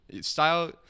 style